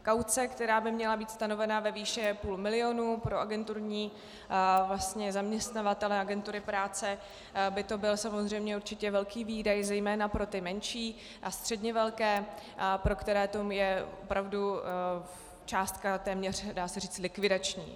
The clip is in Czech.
Kauce, která by měla být stanovena ve výši půl milionu, pro agenturní zaměstnavatele, agentury práce, by to byl samozřejmě určitě velký výdaj, zejména pro ty menší a středně velké, pro které to je opravdu částka téměř, dá se říct, likvidační.